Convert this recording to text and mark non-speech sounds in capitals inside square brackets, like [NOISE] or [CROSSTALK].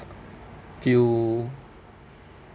[NOISE]